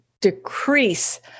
decrease